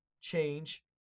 change